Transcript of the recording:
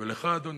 ולך, אדוני,